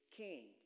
king